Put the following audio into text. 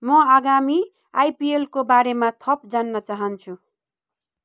म आगामी आइपिएलको बारेमा थप जान्न चाहन्छु